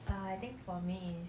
uh I think for me is